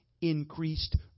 increased